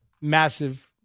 Massive